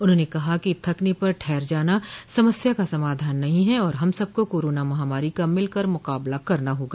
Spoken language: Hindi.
उन्होंने कहा है कि थकने पर ठहर जाना समस्या का समाधान नहीं है और हम सबको कोरोना महामारी का मिलकर मुकाबला करना होगा